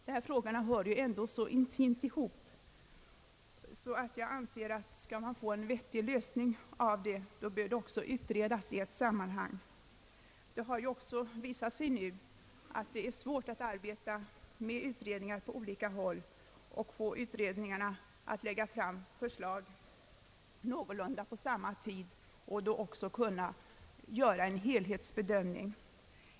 Dessa frågor hör ju ändå så intimt samman, att det inte går att få en vettig lösning om de inte utreds i ett sammanhang. Det har ju nu också visat sig att det är svårt att arbeta med utredningar på olika håll och få dessa utredningar att lägga fram förslag något så när på samma tid så att man kan göra en helhetsbedömning.